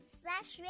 slash